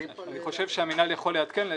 חושב שהמינהל יכול לעדכן.